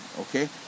okay